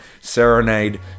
Serenade